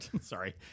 sorry